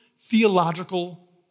theological